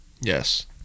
Yes